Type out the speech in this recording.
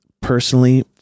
personally